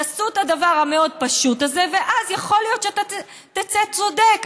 תעשו את הדבר המאוד-פשוט הזה ואז יכול להיות שאתה תצא צודק.